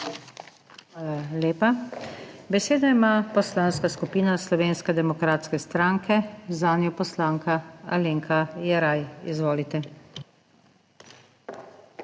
lepa. Besedo ima Poslanska skupina Slovenske demokratske stranke, zanjo poslanka Alenka Jeraj. Izvolite.